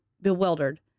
bewildered